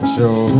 Show